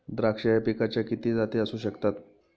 द्राक्ष या पिकाच्या किती जाती असू शकतात?